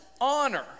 honor